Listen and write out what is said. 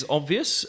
obvious